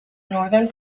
northern